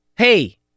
hey